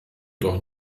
doch